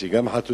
יש לי גם חתונה,